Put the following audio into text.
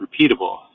repeatable